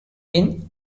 been